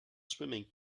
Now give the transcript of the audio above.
swimming